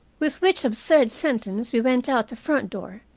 with which absurd sentence we went out the front door,